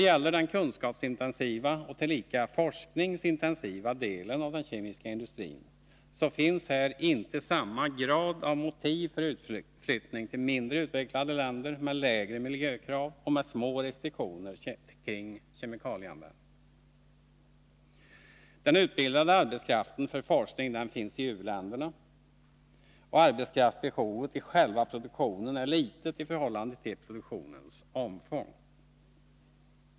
I den kunskapsintensiva och tillika forskningsintensiva delen av den kemiska industrin finns inte i samma grad motiv för utflyttning till mindre utvecklade länder med lägre miljökrav och små restriktioner kring kemikalieanvändningen. Den utbildade arbetskraften för forskning finns i i länderna, och arbetskraftsbehovet i själva produktionen är litet i förhållande till produktionens omfång.